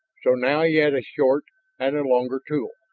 so now he had a short and a longer tool,